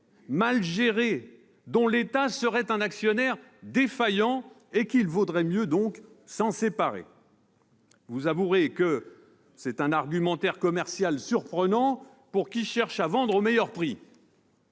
mal gérée, dont l'État serait un actionnaire défaillant et qu'il faudrait donc mieux s'en séparer. Vous l'avouerez, c'est un argumentaire commercial surprenant pour qui cherche à vendre au meilleur prix